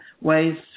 ways